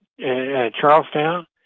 Charlestown